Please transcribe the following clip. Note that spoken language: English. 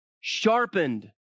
sharpened